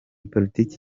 politiki